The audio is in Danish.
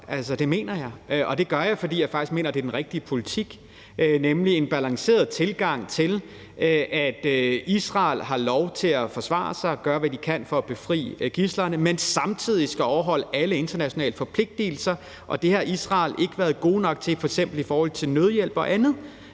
Det mener jeg. Det gør jeg, fordi jeg faktisk mener, at det er den rigtige politik, nemlig en balanceret tilgang til, at Israel har lov til at forsvare sig og gøre, hvad de kan, for at befri gidslerne, men samtidig skal overholde alle internationale forpligtigelser. Og det har Israel ikke været gode nok til i forhold til f.eks. nødhjælp og andet.